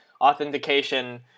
authentication